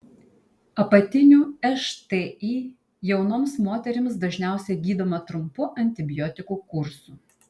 apatinių šti jaunoms moterims dažniausiai gydoma trumpu antibiotikų kursu